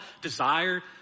desire